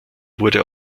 wurde